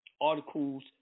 Articles